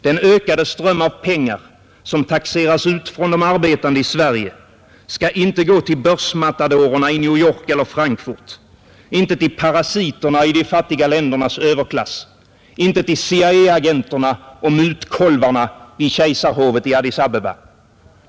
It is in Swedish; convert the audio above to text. Den ökade ström av pengar som taxeras ut från de arbetande i Sverige skall inte gå till börsmatadorerna i New York eller Frankfurt, inte till parasiterna i de fattiga ländernas överklass, inte till CIA-agenterna eller mutkolvarna vid kejsarhovet i Addis Abeba.